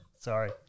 Sorry